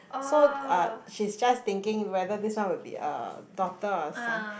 so uh she's just thinking whether this one will be a daughter or son